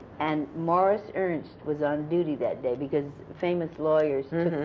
and morris ernst was on duty that day, because famous lawyers